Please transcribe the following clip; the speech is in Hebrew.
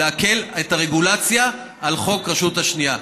להקל את הרגולציה על חוק הרשות השנייה.